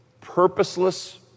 purposeless